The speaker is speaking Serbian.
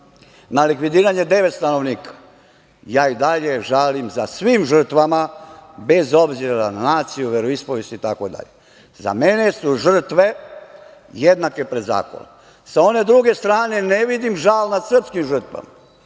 na likvidiranje devet stanovnika, ja i dalje žalim nad svim žrtvama, bez obzira na naciju, veroispovest itd. Za mene su žrtve jednake pred zakonom. Sa one druge, strane ne vidim žal nad srpskim žrtvama.